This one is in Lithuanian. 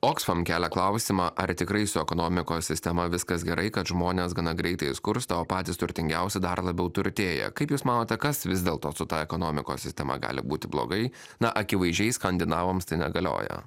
oxfam kelia klausimą ar tikrai su ekonomikos sistema viskas gerai kad žmonės gana greitai skursta o patys turtingiausi dar labiau turtėja kaip jūs manote kas vis dėlto su ta ekonomikos sistema gali būti blogai na akivaizdžiai skandinavams tai negalioja